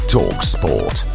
Talksport